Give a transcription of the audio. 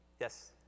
Yes